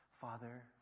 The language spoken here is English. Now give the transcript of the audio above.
Father